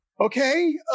okay